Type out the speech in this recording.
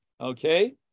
Okay